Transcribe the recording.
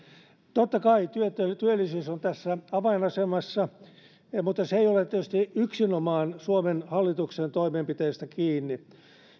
totta kai työllisyys on tässä avainasemassa mutta se ei ole tietysti yksinomaan suomen hallituksen toimenpiteistä kiinni